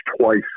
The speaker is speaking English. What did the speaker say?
twice